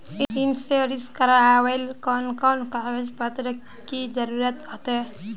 Insurance करावेल कोन कोन कागज पत्र की जरूरत होते?